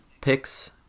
picks